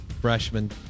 freshman